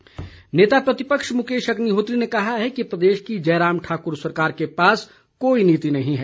अग्निहोत्री नेता प्रतिपक्ष मुकेश अग्निहोत्री ने कहा है कि प्रदेश की जयराम ठाकुर सरकार के पास कोई नीति नहीं है